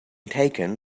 taken